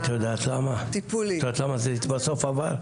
את יודעת למה זה בסוף עבר?